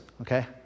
okay